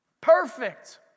perfect